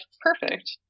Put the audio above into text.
perfect